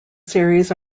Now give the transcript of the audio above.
series